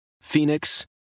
Phoenix